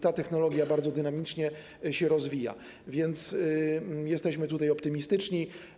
Ta technologia bardzo dynamicznie się rozwija, więc jesteśmy nastawieni optymistycznie.